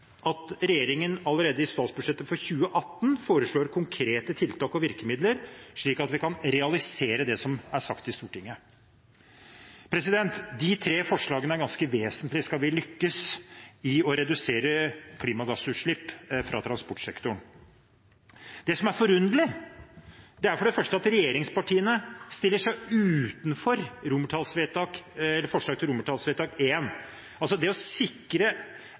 at regjeringen allerede i statsbudsjettet for 2018 forslår konkrete tiltak og virkemidler, slik at vi kan realisere det som er sagt i Stortinget. De tre forslagene er ganske vesentlige, skal vi lykkes i å redusere klimagassutslipp fra transportsektoren. Det som er forunderlig, er for det første at regjeringspartiene stiller seg utenfor forslag til vedtak I. Å sikre borettslag og sameier rett til å